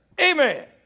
Amen